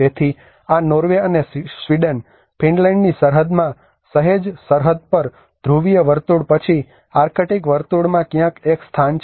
તેથી આ નોર્વે અને સ્વીડન ફિનલેન્ડની સરહદમાં સહેજ સરહદ પર ધ્રુવીય વર્તુળ પછી આર્કટિક વર્તુળમાં ક્યાંક એક સ્થાન છે